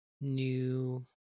new